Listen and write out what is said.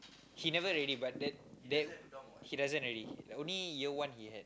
he never really but that that he doesn't already only year one he had